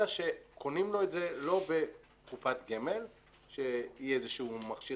אלא שקונים לו את זה לא בקופת גמל שהיא איזשהו מכשיר